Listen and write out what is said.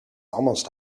almost